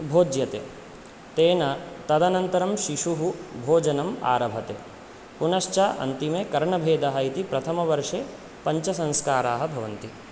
भोज्यते तेन तदनन्तरं शिशुः भोजनम् आरभते पुनश्च अन्तिमे कर्णवेधः इति प्रथमवर्षे पञ्चसंस्काराः भवन्ति